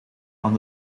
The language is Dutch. aan